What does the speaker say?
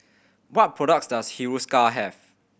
what products does Hiruscar have